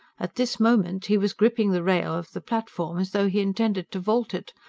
at this moment he was gripping the rail of the platform as though he intended to vault it,